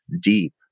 deep